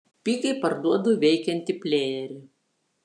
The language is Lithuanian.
pigiai parduodu veikiantį plejerį